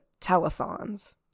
telethons